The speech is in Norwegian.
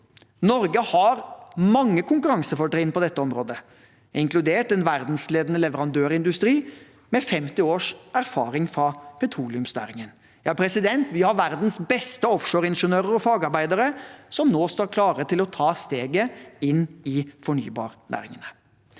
Norge har mange konkurransefortrinn på dette området, inkludert en verdensledende leverandørindustri med 50 års erfaring fra petroleumsnæringen. Vi har verdens beste offshoreingeniører og -fagarbeidere som nå står klar til å ta steget inn i fornybarnæringene.